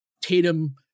Tatum